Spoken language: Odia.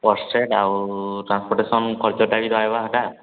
ପର୍ସେଣ୍ଟ୍ ଆଉ ଟ୍ରାଂସପୋର୍ଟେସନ୍ ଖର୍ଚ୍ଚଟା ବି ରହିବା ହେଟା